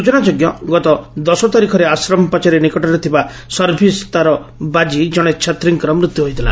ସୂଚନାଯୋଗ୍ୟ ଗତ ଦଶ ତାରିଖରେ ଆଶ୍ରମ ପାଚେରୀ ନିକଟରେ ଥିବା ସର୍ଭିସ୍ ତାର ବାଜି ଜଣେ ଛାତ୍ରୀଙ୍କ ମୃତ୍ୟୁ ହୋଇଥିଲା